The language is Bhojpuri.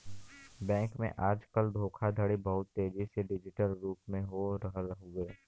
बैंक में आजकल धोखाधड़ी बहुत तेजी से डिजिटल रूप में हो रहल हउवे